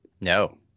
No